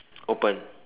open